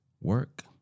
Work